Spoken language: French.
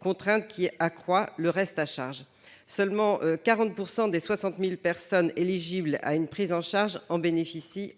contrainte qui accroît le reste à charge. Dans les faits, seulement 40 % des 60 000 personnes éligibles à une prise en charge en bénéficient.